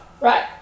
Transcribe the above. Right